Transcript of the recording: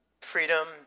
freedom